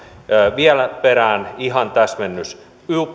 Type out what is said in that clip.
vielä perään ihan täsmennys